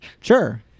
Sure